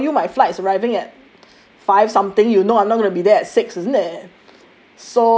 when tell you my flights arriving at five something you know I'm not going to be there at six isn't it